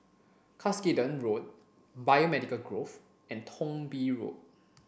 Cuscaden Road Biomedical Grove and Thong Bee Road